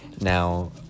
now